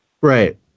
Right